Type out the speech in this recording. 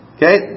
Okay